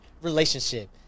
relationship